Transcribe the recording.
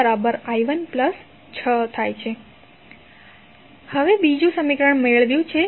તો હવે બીજું સમીકરણ મેળવ્યું છે